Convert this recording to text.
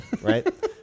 Right